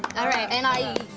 alright. and i